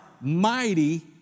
mighty